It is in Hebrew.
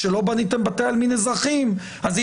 כשלא בניתם בתי עלמין אזרחיים אז אי